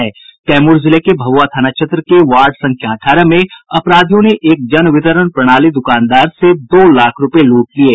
कैमूर जिले के भभुआ थाना क्षेत्र के वार्ड संख्या अठारह में अपराधियों ने एक जनवितरण प्रणाली दुकानदार से दो लाख रूपये लूट लिये